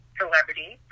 celebrity